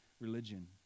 religion